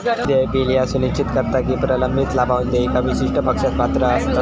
देय बिल ह्या सुनिश्चित करता की प्रलंबित लाभांश देयका विशिष्ट पक्षास पात्र असता